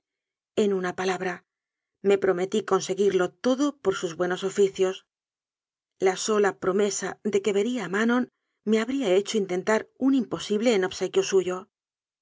en una palabra me prometí conseguirlo todo por sus buenos oficios la sola promesa de que vería a manon me habría hecho intentar un imposible en obsequio suyo